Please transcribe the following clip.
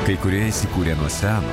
kai kurie įsikūrė nuo seno